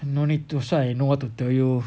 no need to so I know what to tell you